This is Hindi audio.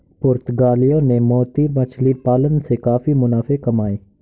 पुर्तगालियों ने मोती मछली पालन से काफी मुनाफे कमाए